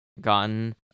gotten